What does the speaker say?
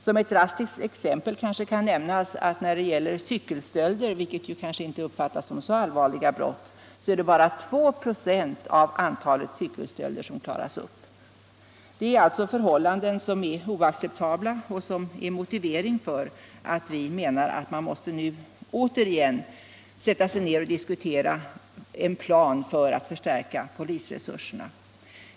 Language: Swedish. Som ett drastiskt exempel kan nämnas att av antalet cykelstölder, som kanske inte betraktas som så allvarliga brott, är det bara 2 26 som klaras upp. Det är alltså förhållanden som är oacceptabla och som motiverar - Nr 89 vår uppfattning att man nu återigen måste sätta sig ner och diskutera Onsdagen den en plan för att förstärka polisresurserna.